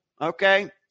okay